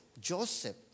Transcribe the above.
Joseph